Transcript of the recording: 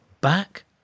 back